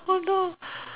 oh no